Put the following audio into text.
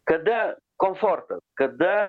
kada komfortas kada